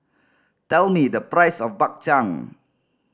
tell me the price of Bak Chang